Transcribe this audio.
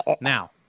Now